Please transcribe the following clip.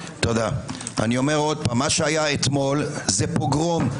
שוב מה שהיה אתמול זה פוגרום.